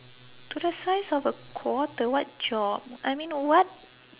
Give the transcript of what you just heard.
to the size of a quarter what job I mean what